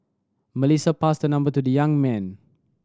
Melissa passed her number to the young man